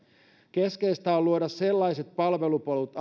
keskeistä on luoda asiakkaille sellaiset palvelupolut